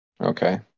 Okay